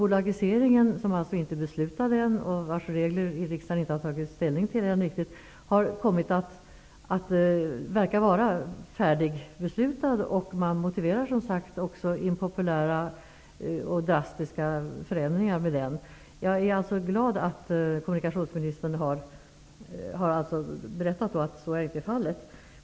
Bolagiseringen, som alltså inte är beslutad ännu och vars regler riksdagen inte har tagit ställning till ännu, verkar redan vara färdigbeslutad. Man motiverar, som sagt, också impopulära och drastiska förändringar med den. Jag är glad att kommunikationsministern har berättat att så icke är fallet.